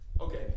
Okay